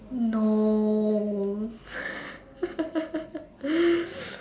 no